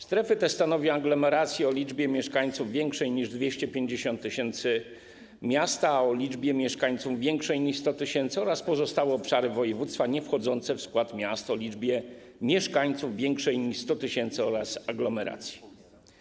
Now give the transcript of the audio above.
Strefy te stanowią aglomeracje o liczbie mieszkańców większej niż 250 tys., miasta o liczbie mieszkańców większej niż 100 tys. oraz pozostałe obszary województwa niewchodzące w skład miast o liczbie mieszkańców większej niż 100 tys. oraz aglomeracje.